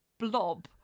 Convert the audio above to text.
blob